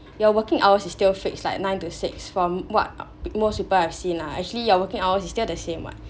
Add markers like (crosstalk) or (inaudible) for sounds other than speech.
your working hours is still fix like nine to six from what (noise) most people I've see nah actually your working hours is still the same what